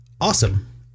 Awesome